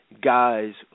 guys